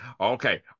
Okay